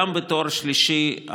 גם בתואר שלישי,